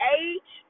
age